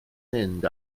mynd